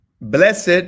Blessed